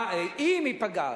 מה "אם נפגע"?